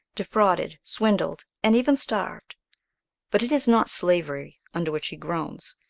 defrauded, swindled, and even starved but it is not slavery under which he groans.